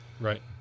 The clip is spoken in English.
Right